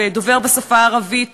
ודובר בשפה הערבית,